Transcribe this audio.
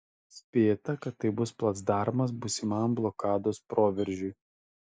spėta kad tai bus placdarmas būsimam blokados proveržiui